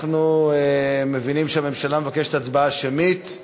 אנחנו מבינים שהממשלה מבקשת הצבעה שמית,